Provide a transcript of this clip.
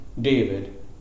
David